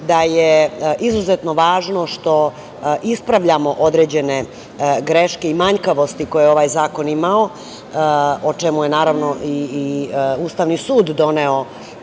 da je izuzetno važno što ispravljamo određene greške i manjkavosti koje ovaj zakon imao, o čemu je naravno, i Ustavni sud doneo